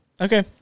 Okay